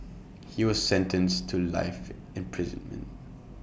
he was sentenced to life imprisonment